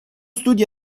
studi